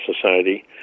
Society